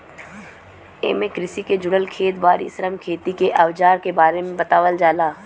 एमे कृषि के जुड़ल खेत बारी, श्रम, खेती के अवजार के बारे में बतावल जाला